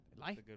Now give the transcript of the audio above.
life